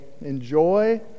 enjoy